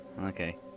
Okay